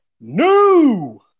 new